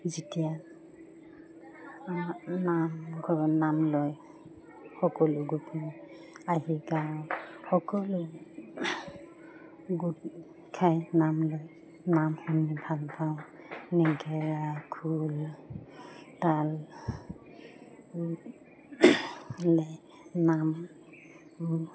যেতিয়া নামঘৰত নাম লয় সকলো গোট আহি গাওঁ সকলো গোটখাই নাম লয় নাম শুনি ভালপাওঁ নেগেৰা খোল তাল মিলাই নাম